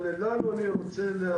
אבל לנו אני רוצה לאחל,